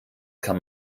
kann